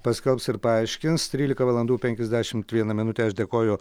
paskelbs ir paaiškins trylika valandų penkiasdešimt viena minutė aš dėkoju